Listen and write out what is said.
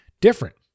different